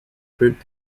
fruit